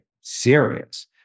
serious